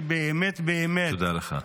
שהוא באמת באמת -- תודה לך.